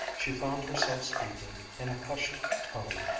she found herself speaking in a hushed tone,